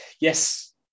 yes